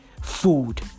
food